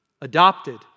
Adopted